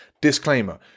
disclaimer